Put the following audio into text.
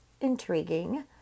intriguing